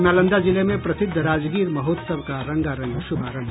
और नालंदा जिले में प्रसिद्ध राजगीर महोत्सव का रंगारंग शुभारंभ